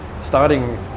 starting